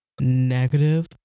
negative